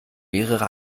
mehrere